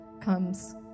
comes